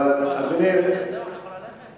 זהו, אני יכול ללכת?